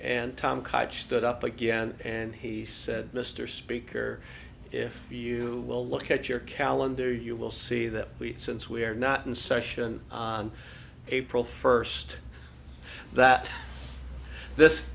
and tom kight stood up again and he said mr speaker if you will look at your calendar you will see that we since we are not in session on april first that this